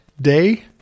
day